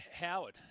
Howard